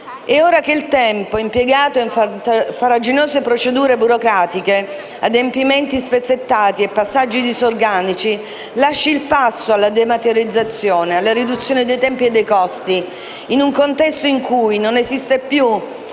È ora che il tempo impiegato in farraginose procedure burocratiche, adempimenti spezzettati e passaggi disorganici lasci il passo alla dematerializzazione, alla riduzione dei tempi e dei costi, in un contesto in cui non esiste più